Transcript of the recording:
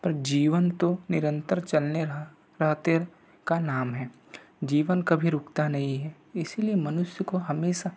पर जीवन तो निरंतर चलने रहते का नाम है जीवन कभी रुकता नहीं है इसलिए मनुष्य को हमेशा